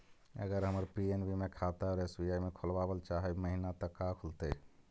अगर हमर पी.एन.बी मे खाता है और एस.बी.आई में खोलाबल चाह महिना त का खुलतै?